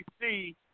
see